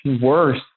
worse